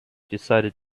decided